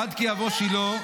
עד כי יבוא שילה,